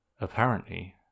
Apparently